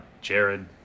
Jared